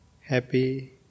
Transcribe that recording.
happy